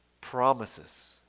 promises